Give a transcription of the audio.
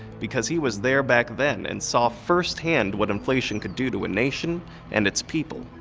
because he was there back then, and saw firsthand what inflation could do to a nation and its people.